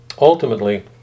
ultimately